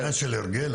זה עניין של הרגל.